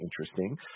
interesting